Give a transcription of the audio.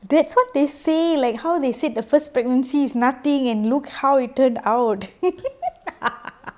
that's what they say like how they said the first pregnancy nothing and look how it turned out